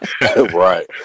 Right